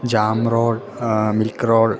jam roll milk roll